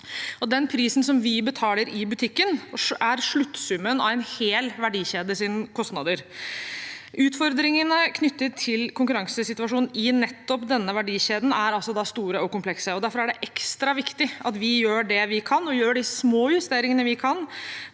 Den prisen som vi betaler i butikken, er sluttsummen av kostnadene i en hel verdikjede. Utfordringene knyttet til konkurransesituasjonen i nettopp denne verdikjeden er altså store og komplekse. Derfor er det ekstra viktig at vi gjør det vi kan, at vi gjør de små justeringene vi kan,